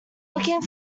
looking